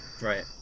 Right